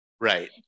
Right